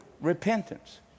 repentance